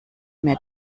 mehr